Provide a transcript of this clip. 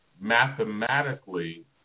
Mathematically